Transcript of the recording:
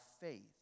faith